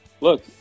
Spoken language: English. Look